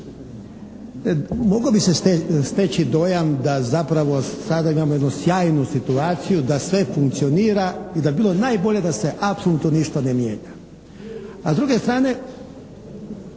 Mogao bi se steći dojam da zapravo sada imamo jednu sjajnu situaciju da sve funkcionira i da bi bilo najbolje da se apsolutno da se ništa ne mijenja. S druge strane,